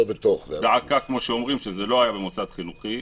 אלא שזה לא היה במוסד חינוכי.